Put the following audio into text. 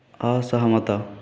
ଅସହମତ